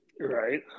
Right